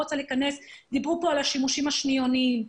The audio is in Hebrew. דיברו פה על השימושים השניוניים.